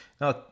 Now